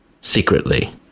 secretly